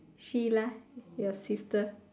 she lah your sister